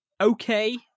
okay